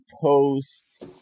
post